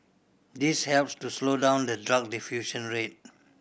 this helps to slow down the drug diffusion rate